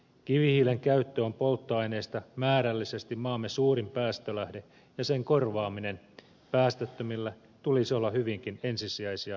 kivihiilen käyttö on polttoaineista määrällisesti maamme suurin päästölähde ja sen korvaamisen päästöttömillä tulisi olla hyvinkin ensisijaisia tavoitteita